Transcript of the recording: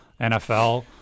NFL